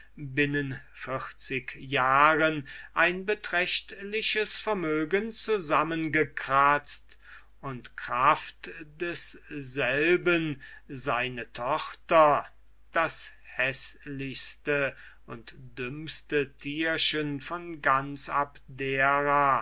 binnen vierzig jahren ein beträchtliches vermögen zusammengekratzt und in kraft desselben seine tochter das häßlichste und dümmste tierchen von ganz abdera